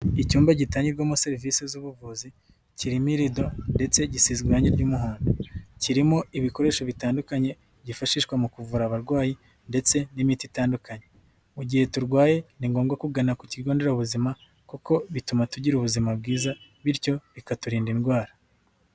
Icyumba gitangirwamo serivisi z'ubuvuzi, kirimo irido ndetse gisizwe irange ry'umuhondo. Kirimo ibikoresho bitandukanye byifashishwa mu kuvura abarwayi ndetse n'imiti itandukanye. Mu gihe turwaye ni ngombwa kugana ku kigo nderabuzima kuko bituma tugira ubuzima bwiza bityo bikaturinda indwara.